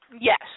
Yes